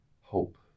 hope